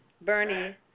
Bernie